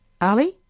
Ali